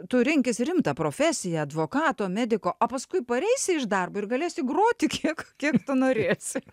tu rinkis rimtą profesiją advokato mediko o paskui pareisi iš darbo ir galėsi groti kiek kiek tu norėsi